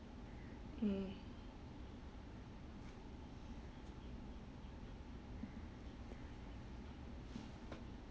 mm